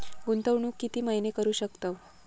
गुंतवणूक किती महिने करू शकतव?